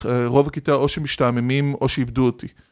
רוב הכיתה או שמשתעממים או שאיבדו אותי